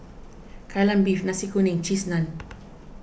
Kai Lan Beef Nasi Kuning and Cheese Naan